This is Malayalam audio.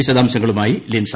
വിശദാംശങ്ങളുമായി ലിൻസ